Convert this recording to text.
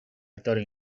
vittoria